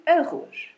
arroz